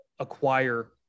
acquire